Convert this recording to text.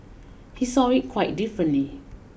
he saw it quite differently